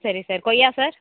சரி சார் கொய்யா சார்